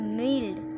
mild